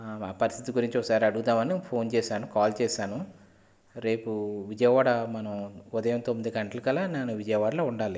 ఆ పరిస్థితి గురించి ఒకసారి అడుగుదాం అని ఫోన్ చేశాను కాల్ చేశాను రేపు విజయవాడ మనం ఉదయం తొమ్మిది గంటలకల్లా నేను విజయవాడలో ఉండాలి